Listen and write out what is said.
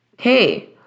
hey